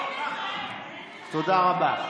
תודה רבה.